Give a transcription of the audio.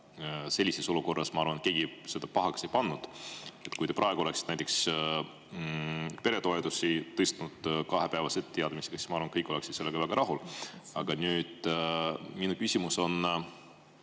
Sellises olukorras, ma arvan, keegi seda pahaks ei pannud. Kui te praegu oleksite näiteks peretoetusi tõstnud kahepäevase etteteatamisega, siis ma arvan, et kõik oleksid sellega väga rahul olnud. Aga nüüd, minu küsimus on